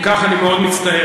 אם כך, אני מאוד מצטער.